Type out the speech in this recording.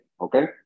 Okay